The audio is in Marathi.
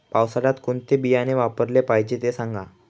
पावसाळ्यात कोणते बियाणे वापरले पाहिजे ते सांगा